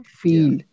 feel